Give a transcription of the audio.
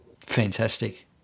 fantastic